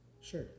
Sure